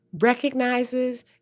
recognizes